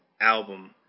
album